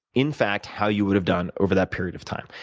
in fact, how you would have done over that period of time.